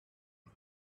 men